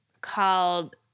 called